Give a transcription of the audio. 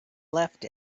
left